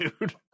dude